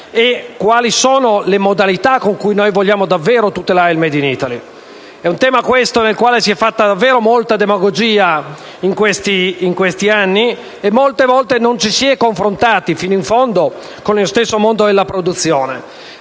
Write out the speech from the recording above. e quali sono le modalità con cui noi vogliamo davvero tutelare il *made in Italy*. È un tema questo su cui è stata fatta molta demagogia in questi anni e molte volte non ci sé confrontati fino in fondo con lo stesso mondo della produzione.